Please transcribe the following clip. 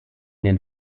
den